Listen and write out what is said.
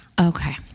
Okay